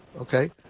okay